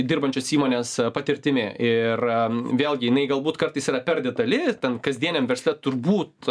dirbančios įmonės patirtimi ir vėlgi jinai galbūt kartais yra per detali tam kasdieniam versle turbūt